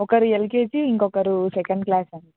ఒకరు ఎల్కేజీ ఇంకొకరు second class అండి